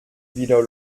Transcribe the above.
wieder